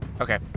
Okay